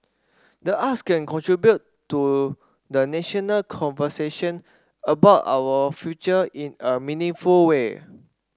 the arts can contribute to the national conversation about our future in a meaningful way